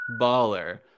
baller